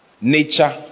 Nature